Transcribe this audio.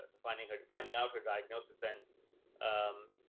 finding her, finding out her diagnosis and um,